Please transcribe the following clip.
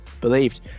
believed